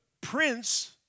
prince